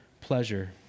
pleasure